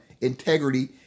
integrity